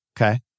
Okay